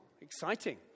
exciting